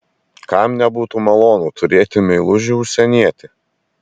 kam nebūtų malonu turėti meilužį užsienietį